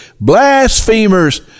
blasphemers